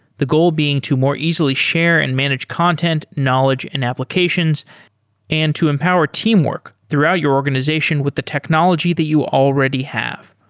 the goal being to more easily share and manage content, knowledge and applications and to empower teamwork throughout your organization with the technology that you already have.